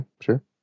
sure